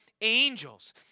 angels